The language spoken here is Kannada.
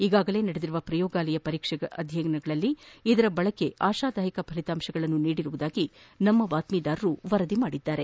ಈಗಾಗಲೇ ನಡೆದಿರುವ ಪ್ರಯೋಗಾಲಯ ಪರೀಕ್ಷೆ ಅಧ್ಯಯನಗಳಲ್ಲಿ ಇದರ ಬಳಕೆ ಆಶಾದಾಯಕ ಫಲಿತಾಂಶಗಳನ್ನು ನೀಡಿದೆ ಎಂದು ನಮ್ನ ಬಾತ್ಪೀದಾರರು ವರದಿ ಮಾಡಿದ್ಗಾರೆ